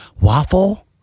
Waffle